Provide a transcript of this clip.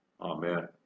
Amen